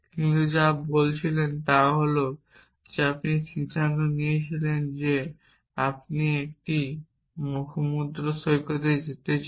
কিন্তু যা বলছিলেন তা হল যে আপনি সিদ্ধান্ত নিয়েছিলেন যে আপনি একটি সমুদ্র সৈকতে যেতে চান